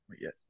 yes